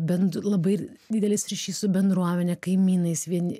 bent labai didelis ryšys su bendruomene kaimynais vien